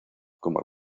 como